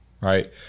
Right